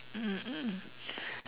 mm mm